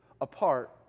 apart